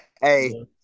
hey